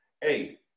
hey